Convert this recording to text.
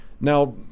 Now